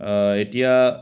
এতিয়া